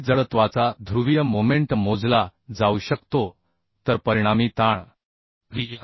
तरIp जडत्वाचा ध्रुवीय मोमेंट मोजला जाऊ शकतो तर परिणामी ताण Pr